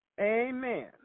Amen